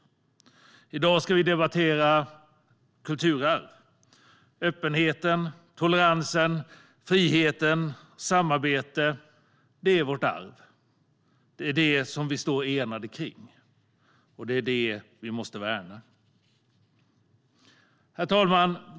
I dag debatterar vi kulturarv. Öppenheten, toleransen, friheten och samarbetet är vårt arv. Det står vi enade kring och måste värna. Herr talman!